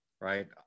right